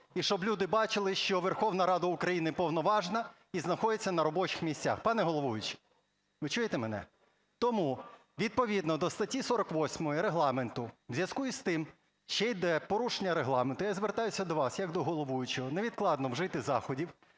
і щоб люди бачили, що Верховна Рада України повноважна і знаходиться на робочих місцях. Пане головуючий, ви чуєте мене? Тому відповідно до статті 48 Регламенту в зв'язку із тим, що йде порушення Регламенту, я звертаюся до вас як до головуючого невідкладно вжити заходів